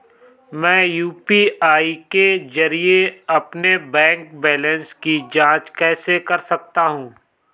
मैं यू.पी.आई के जरिए अपने बैंक बैलेंस की जाँच कैसे कर सकता हूँ?